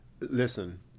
Listen